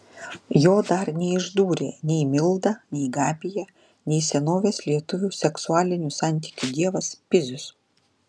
jo dar neišdūrė nei milda nei gabija nei senovės lietuvių seksualinių santykių dievas pizius